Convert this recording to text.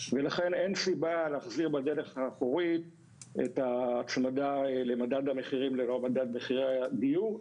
ולכן אין שום בעיה להחזיר בדרך האחורית את ההצמדה למדד מחירי הדיור,